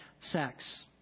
sex